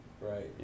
Right